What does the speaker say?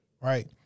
Right